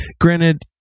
granted